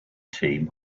team